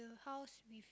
house with